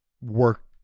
work